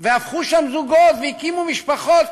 והפכו שם לזוגות והקימו משפחות,